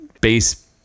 base